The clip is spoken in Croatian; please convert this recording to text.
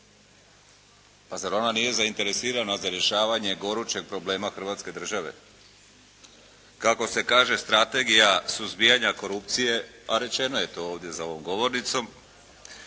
Pa zar ona nije zainteresirana za rješavanje gorućeg problema Hrvatske države. Kako se kaže strategija suzbijanja korupcije, a rečeno je to ovdje za ovom govornicom,